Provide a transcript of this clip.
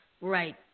Right